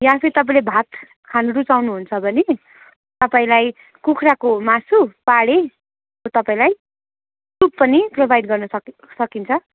या फेरि तपाईँले भात खानु रुचाउनु हुन्छ भने तपाईँलाई कुखुराको मासु पाहाडे तपाईँलाई सुप पनि प्रोभाइट गर्न सक सकिन्छ